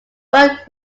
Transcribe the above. but